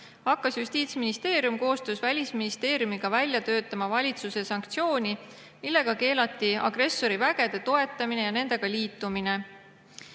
hakkas Justiitsministeerium koostöös Välisministeeriumiga välja töötama valitsuse sanktsiooni, millega keelati agressori vägede toetamine ja nendega liitumine.